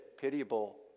pitiable